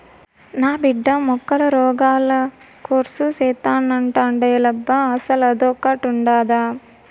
నా బిడ్డ మొక్కల రోగాల కోర్సు సేత్తానంటాండేలబ్బా అసలదొకటుండాదా